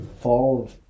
fall